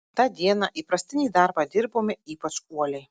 tą dieną įprastinį darbą dirbome ypač uoliai